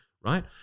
right